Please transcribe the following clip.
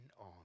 on